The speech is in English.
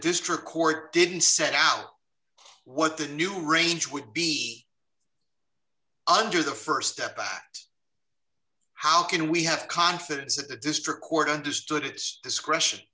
district court didn't set out what the new range would be under the st step that how can we have confidence that the district court understood its discretion